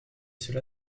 cela